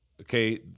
Okay